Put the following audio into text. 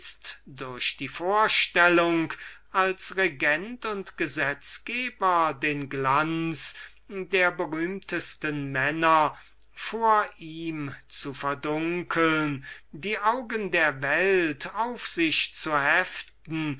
durch die vorstellung kitzelte als regent und gesetzgeber den glanz der berühmtesten männer vor ihm zu verdunkeln die augen der welt auf sich zu heften